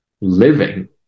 living